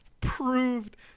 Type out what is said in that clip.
proved